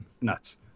nuts